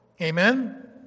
Amen